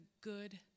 good